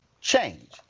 change